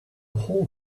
whole